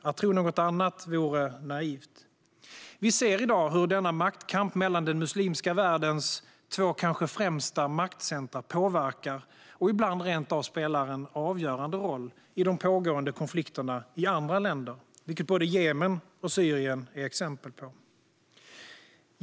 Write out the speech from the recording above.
Att tro något annat vore naivt. Vi ser i dag hur denna maktkamp mellan den muslimska världens två kanske främsta maktcentrum påverkar och ibland rent av spelar en avgörande roll i de pågående konflikterna i andra länder, vilket både Jemen och Syrien är exempel på.